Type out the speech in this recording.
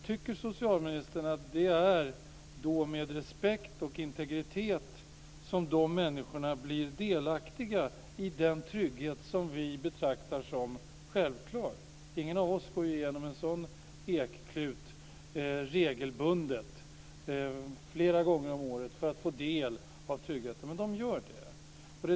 Tycker socialministern att detta innebär att man visar respekt för dessa människors integritet när de ska bli delaktiga i den trygghet som vi betraktar som självklar? Ingen av oss går ju igenom en sådan eklut regelbundet flera gånger om året för att få del av tryggheten, men de gör det.